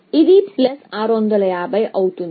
కాబట్టి ఇది 650 అవుతుంది